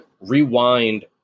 rewind